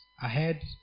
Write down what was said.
ahead